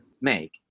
make